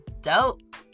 dope